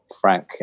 Frank